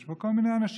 יש פה כל מיני אנשים,